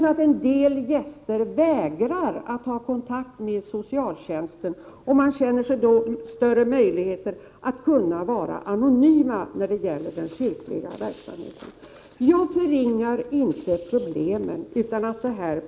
En del gäster vägrar att sätta sig i förbindelse med socialtjänsten. Man känner sig ha bättre möjligheter att vara anonym när det gäller den kyrkliga verksamheten. Jag förringar inte problemet.